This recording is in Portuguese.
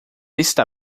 está